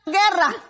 guerra